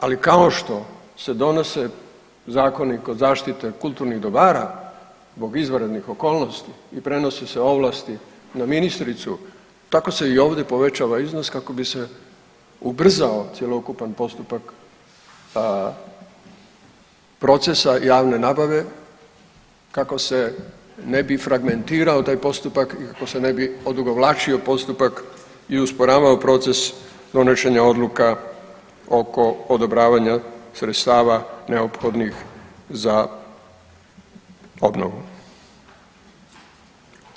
Ali kao što se donose zakoni kod zaštite kulturnih dobara zbog izvanrednih okolnosti i prenose se ovlasti na ministricu, tako se i ovdje povećava iznos kako bi se ubrzao cjelokupan postupak procesa javne nabave kako se ne bi fragmentirao taj postupak i kako se ne bi odugovlačio postupak i usporavao proces donošenja odluka oko odobravanja sredstava neophodnih za obnovu.